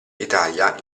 italia